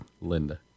Linda